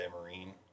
marine